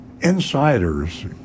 insiders